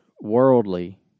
worldly